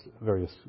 various